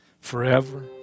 forever